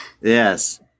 Yes